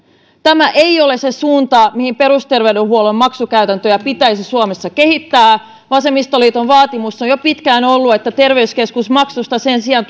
tämä ei ole se suunta mihin perusterveydenhuollon maksukäytäntöjä pitäisi suomessa kehittää vasemmistoliiton vaatimus on jo pitkään ollut että terveyskeskusmaksuista tulisi sen sijaan